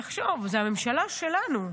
תחשוב, זאת הממשלה שלנו.